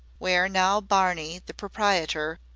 where now barney, the proprietor,